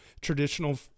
traditional